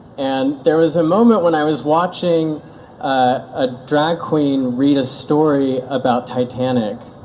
and there was a moment when i was watching a drag queen read a story about titanic